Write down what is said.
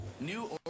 New